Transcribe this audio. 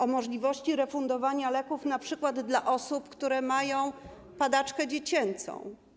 O możliwości refundowania leków np. dla osób, które mają padaczkę dziecięcą.